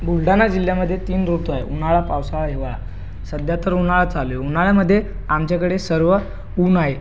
बुलढाणा जिल्ह्यामध्ये तीन ऋतू आहे उन्हाळा पावसाळा हिवाळा सध्या तर उन्हाळाच चालू आहे उन्हाळ्यामध्ये आमच्याकडे सर्व ऊन आहे